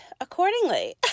accordingly